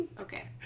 okay